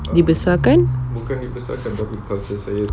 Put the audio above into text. dibesarkan